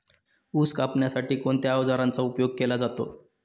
ऊस कापण्यासाठी कोणत्या अवजारांचा उपयोग केला जातो?